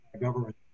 government